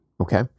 Okay